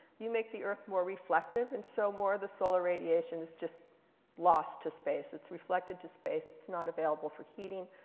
you make the earth more reflective. and so more of the solar radiation is just lost to space. it's reflected to space. it's not available for heating.